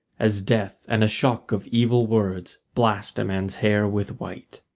as death and a shock of evil words blast a man's hair with white.